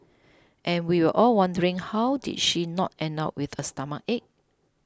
and we were all wondering how did she not end up with a stomachache